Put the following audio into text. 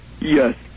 Yes